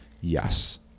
yes